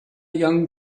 young